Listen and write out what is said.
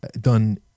done